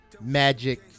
magic